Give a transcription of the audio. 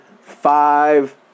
five